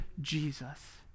Jesus